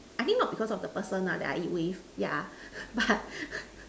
I think not because of the person lah that I eat with yeah but